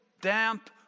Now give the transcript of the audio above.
damp